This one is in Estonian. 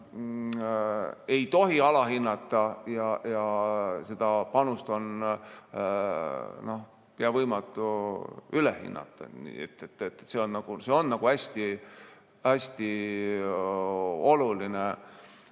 ei tohi alahinnata ja seda on pea võimatu ülehinnata. See on hästi oluline.